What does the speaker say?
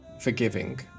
forgiving